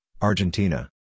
Argentina